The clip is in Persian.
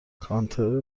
کانتر